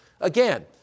Again